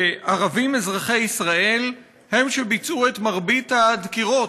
שערבים אזרחי ישראל הם שביצעו את מרבית הדקירות